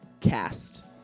cast